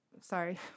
Sorry